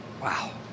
Wow